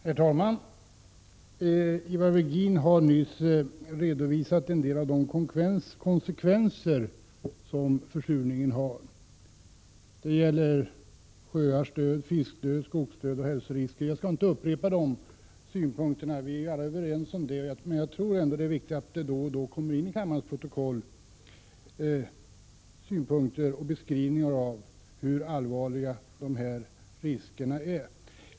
Herr talman! Ivar Virgin har nu redovisat en del av de konsekvenser som försurningen får. Det gäller bl.a. sjöars död, fiskdöden, skogsdöden och hälsorisker. Jag skall inte upprepa de synpunkterna. Vi är alla överens om detta. Men jag tror att det är viktigt att det då och då kommer ini kammarens protokoll synpunkter på och beskrivningar av hur allvarliga dessa risker är.